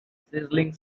sizzling